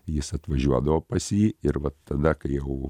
jis atvažiuodavo pas jį ir vat tada kai jau